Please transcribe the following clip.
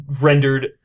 rendered